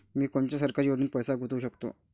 मी कोनच्या सरकारी योजनेत पैसा गुतवू शकतो?